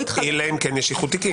אלא אם כן יש איחוד תיקים.